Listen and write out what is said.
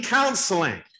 counseling